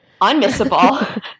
unmissable